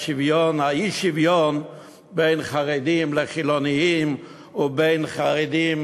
והאי-שוויון בין חרדים לחילונים ובין חרדים